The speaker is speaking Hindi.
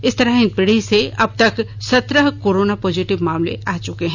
इस तरह हिंदपीढ़ी से अब तक सत्रह कोरोना पॉजिटिव मामले आ चुके हैं